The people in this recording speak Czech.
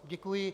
Děkuji.